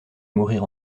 mourir